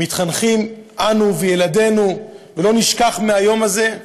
מתחנכים אנו וילדינו, ולא נשכח מהיום הזה,